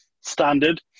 standard